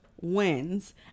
wins